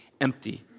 empty